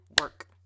work